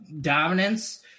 dominance